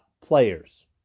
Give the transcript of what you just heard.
players